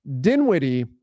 Dinwiddie